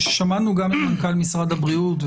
ששמענו גם את מנכ"ל משרד הבריאות,